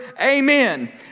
Amen